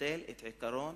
שמבטל את עקרון